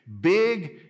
Big